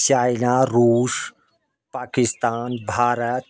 China रूस पाकिस्तान भारत